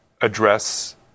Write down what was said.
address